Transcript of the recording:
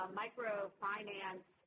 microfinance